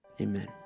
Amen